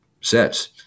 sets